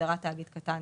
בהגדרת תאגיד קטן.